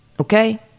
Okay